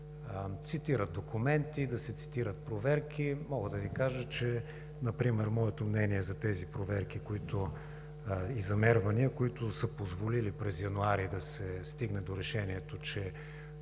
се цитират документи, да се цитират проверки. Мога да Ви кажа например моето мнение за тези проверки и замервания, които са позволили през месец януари да се стигне до решението, че